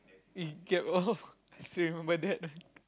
eh get oh still remember that